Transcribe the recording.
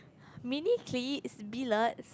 Miniclip billiard